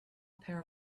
pair